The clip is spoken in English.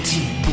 Team